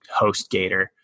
HostGator